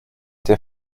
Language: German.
der